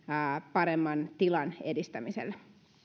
paremman tilan edistämiselle